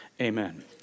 Amen